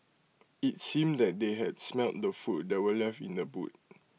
IT seemed that they had smelt the food that were left in the boot